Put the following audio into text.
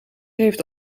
heeft